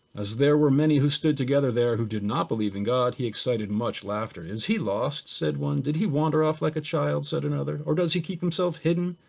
as there were many who stood together there who did not believe in god, he excited much laughter. is he lost, said one. did he wander off like a child, said another. or does he keep himself hidden?